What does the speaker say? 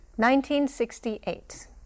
1968